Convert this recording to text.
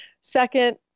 second